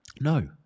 No